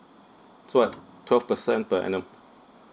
so at twelve percent per annum